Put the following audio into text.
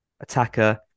Attacker